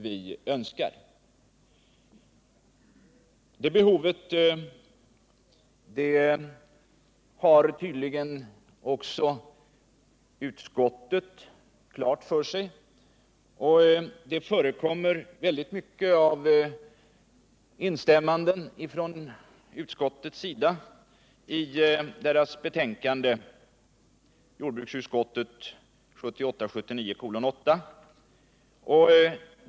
Utskottet har tydligen också klart för sig att det behovet finns, och det förekommer väldigt mycket av instämmanden från jordbruksutskottets sida i dess betänkande 1978/79:8.